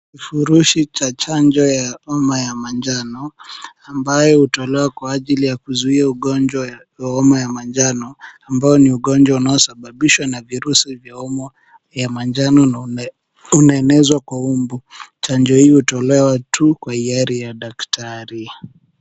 Kifurushi cha chanjo ya homa ya manjano ambayo hutolewa kwa ajili ya kuzuia ugonjwa wa homa ya manjano ambayo ni ugonjwa unaosababishwa na virusi vya homa ya manjano na unaenezwa kwa mbu. Chanjo hii hutolewa tu kwa hiari ya daktari.